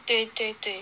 对对对